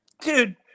Dude